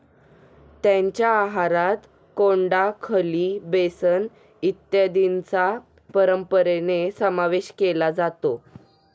त्यांच्या आहारात कोंडा, खली, बेसन इत्यादींचा परंपरेने समावेश केला जातो